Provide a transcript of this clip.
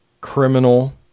criminal